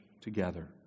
together